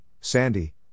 sandy